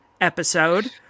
episode